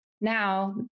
Now